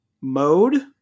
mode